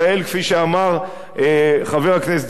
כפי שאמר חבר הכנסת זאב,